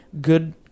good